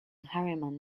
harriman